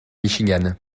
michigan